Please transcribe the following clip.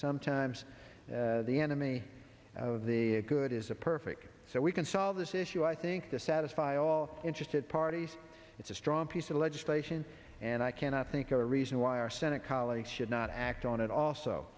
sometimes the enemy of the good is a perfect so we can solve this issue i think to satisfy all interested parties it's a strong piece of legislation and i cannot think of a reason why our senate colleagues should not act on it also